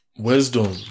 Wisdom